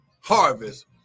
harvest